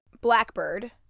Blackbird